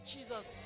Jesus